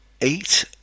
eight